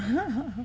(uh huh)